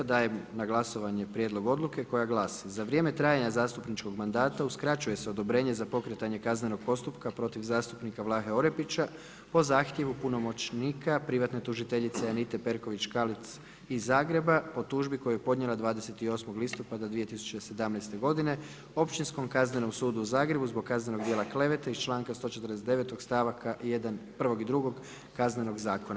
Dajem na glasovanje Prijedlog odluke koja glasi: „Za vrijeme trajanja zastupničkog mandata uskraćuje se odobrenje za pokretanje kaznenog postupka protiv zastupnika Vlahe Orepića po zahtjevu opunomoćenika privatne tužiteljice Anite Perković Šakalic iz Zagreba po tužbi koju je podnijela 28. listopada 2017. godine, Općinskom kaznenom sudu u Zagrebu zbog kaznenog dijela klevete iz članka 149. stavka 1. i 2. Kaznenog zakona.